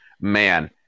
man